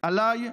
עליי,